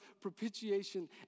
propitiation